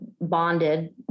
bonded